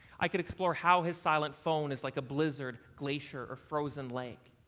i could explore how his silent phone is like a blizzard glacier or frozen lake,